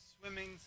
swimming